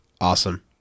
awesome